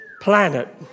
planet